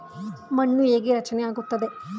ಮಣ್ಣು ಹೇಗೆ ರಚನೆ ಆಗುತ್ತದೆ?